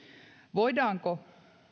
voidaanko